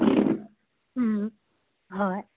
ꯎꯝ ꯍꯣꯏ